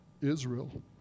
Israel